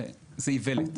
זאת איוולת.